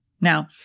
Now